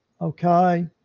okay